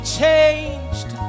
changed